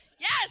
yes